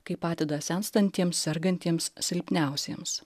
kaip padeda senstantiems sergantiems silpniausiems